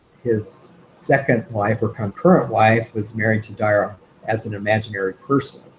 his second wife, or concurrent wife, was married to dyar as an imaginary person.